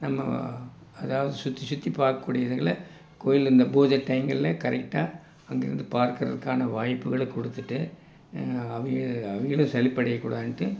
நம்ம அதாவது சுற்றி சுற்றி பார்க்கக்கூடியதுகள கோயிலில் இந்த பூஜை டையங்களில் கரெக்டாக அங்கிருந்து பார்க்கிறதுக்கான வாய்ப்புகளை கொடுத்துட்டு அவங்க அவங்களும் சலிப்படையக்கூடாதுன்ட்டு